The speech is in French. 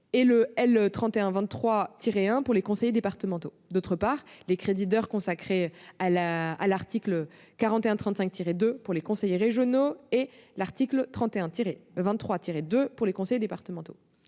et L. 3123-1 pour les conseillers départementaux ; d'autre part, les crédits d'heures sont consacrés à l'article L. 4135-2 pour les conseillers régionaux et à l'article L. 3123-2 pour les conseillers départementaux.